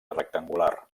rectangular